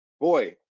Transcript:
boy